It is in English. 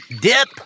dip